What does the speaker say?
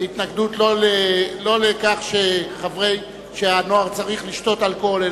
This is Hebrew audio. התנגדות לא לכך שהנוער צריך לשתות אלכוהול,